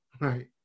right